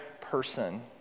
person